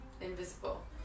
invisible